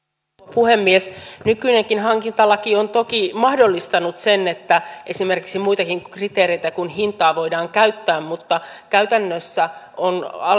puhemies nykyinenkin hankintalaki on toki mahdollistanut sen että esimerkiksi muitakin kriteereitä kuin hintaa voidaan käyttää mutta käytännössä